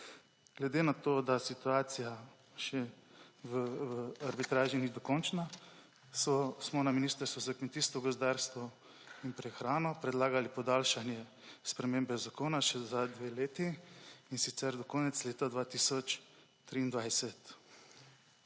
Glede na to, da situacija v arbitražni še ni dokončna, smo na Ministrstvu za kmetijstvo, gozdarstvo in prehrano prelagali podaljšali spremembe zakona še za dve leti, in sicer do konec leta 2023.